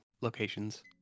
locations